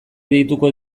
deituko